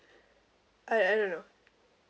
I I don't know